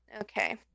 Okay